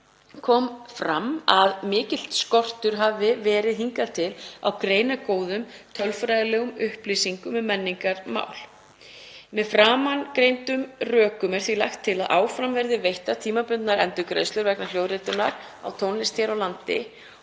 kom fram að mikill skortur hafi verið hingað til á greinargóðum tölfræðilegum upplýsingum um menningarmál. Með framangreindum rökum er því lagt til að áfram verði veittar tímabundnar endurgreiðslur vegna hljóðritunar á tónlist hér á landi